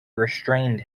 restrained